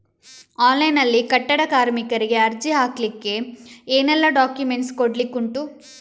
Online ನಲ್ಲಿ ಕಟ್ಟಡ ಕಾರ್ಮಿಕರಿಗೆ ಅರ್ಜಿ ಹಾಕ್ಲಿಕ್ಕೆ ಏನೆಲ್ಲಾ ಡಾಕ್ಯುಮೆಂಟ್ಸ್ ಕೊಡ್ಲಿಕುಂಟು?